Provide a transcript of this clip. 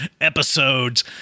episodes